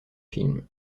film